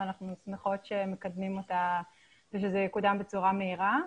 אנחנו שמחות שמקדמים אותה בצורה מהירה.